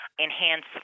enhance